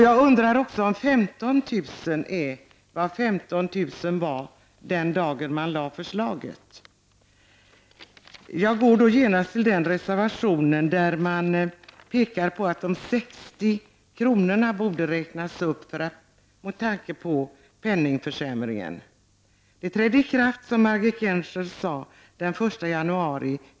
Jag undrar vidare om de 15 000 kronorna är vad 15 000 kr. var den dag då förslaget framlades. I en reservation påpekas att ersättningen enligt garantinivån med 60 kr. bör räknas upp med tanke på penningvärdeförsämringen. Höjningen från 48 kr. till 60 kr.